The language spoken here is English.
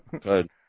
Good